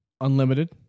unlimited